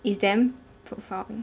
is damn profound